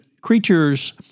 creatures